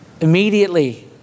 immediately